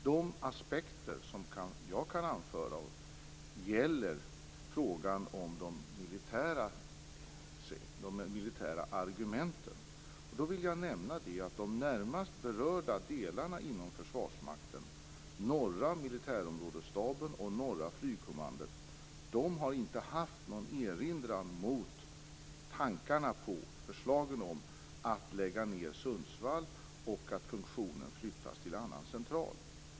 De aspekter som jag kan anföra gäller de militära argumenten. Jag vill då nämna att de närmast berörda delarna inom Försvarsmakten - Norra militärområdesstaben och Norra flygkommandot - inte har haft någon erinran mot förslagen om att lägga ned centralen i Sundsvall och att flytta funktionen till en annan central.